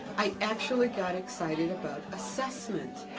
i actually got excited about assessment.